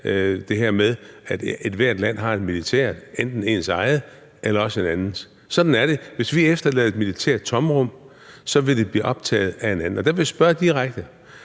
det her med, at ethvert land har et militær, enten ens eget eller også en andens. Sådan er det. Hvis vi efterlader et militært tomrum, vil det blive optaget af en anden. Og der vil jeg spørge direkte: